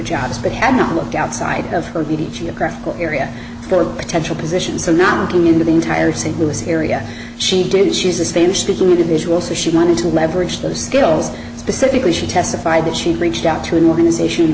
jobs but had not looked outside of her beauty geographical area or potential positions so not going into the entire st louis area she did she's a spanish speaking individual so she wanted to leverage those skills specifically she testified that she reached out to an organization